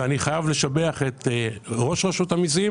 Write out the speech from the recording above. ואני חייב לשבח את ראש רשות המיסים